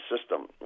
system